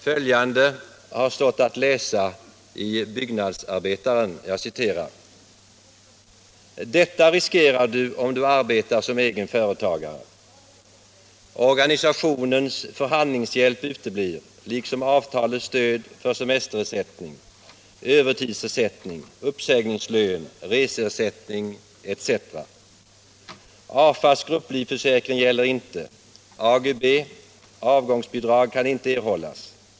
Följande har stått att läsa i Byggnadsarbetaren: ”Detta riskerar du om du arbetar som egen företagare. Organisationens förhandlingshjälp uteblir liksom avtalets stöd för semesterersättning, övertidsersättning, uppsägningslön, reseersättning etc. AFA:s grupplivförsäkring gäller inte. AGB kan inte erhållas.